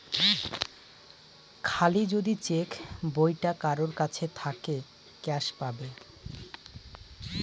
খালি যদি চেক বইটা কারোর কাছে থাকে ক্যাস পাবে